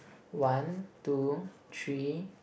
one two three